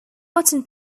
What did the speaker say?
sutton